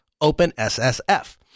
OpenSSF